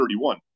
31